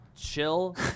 chill